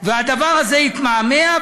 והדבר הזה התמהמה.